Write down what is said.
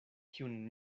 kiun